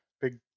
big